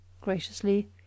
graciously